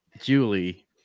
Julie